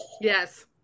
yes